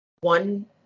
one